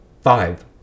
Five